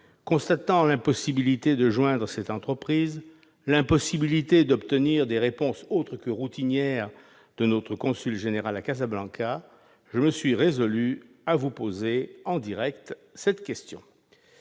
constatant l'impossibilité de joindre cette entreprise et l'impossibilité d'obtenir des réponses autres que routinières de notre consul général à Casablanca, je me suis résolu à vous poser en direct les deux questions